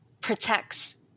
protects